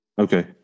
okay